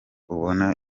ubona